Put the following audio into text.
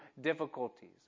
difficulties